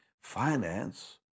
finance